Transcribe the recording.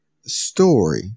Story